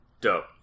Dope